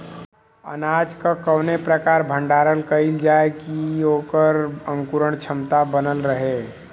अनाज क कवने प्रकार भण्डारण कइल जाय कि वोकर अंकुरण क्षमता बनल रहे?